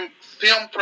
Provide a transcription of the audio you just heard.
film